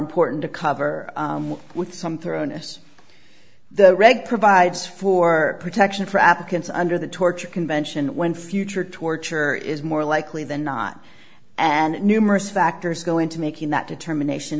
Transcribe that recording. important to cover with some thoroughness the reg provides for protection for applicants under the torture convention when future torture is more likely than not and numerous factors go into making that determination